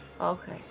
Okay